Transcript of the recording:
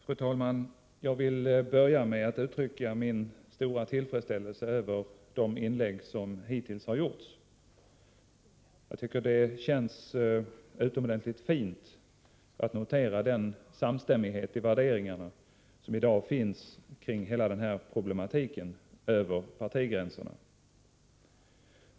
Fru talman! Jag vill börja med att uttrycka min stora tillfredsställelse över de inlägg som hittills har gjorts. Det känns utomordentligt fint att notera den samstämmighet i värderingarna som i dag finns kring hela den här problematiken, över partigränserna.